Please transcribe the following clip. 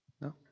No